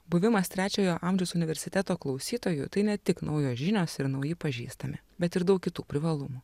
buvimas trečiojo amžiaus universiteto klausytoju tai ne tik naujos žinios ir nauji pažįstami bet ir daug kitų privalumų